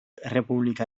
errepublika